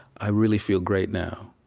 i really feel great now.